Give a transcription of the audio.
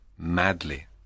madly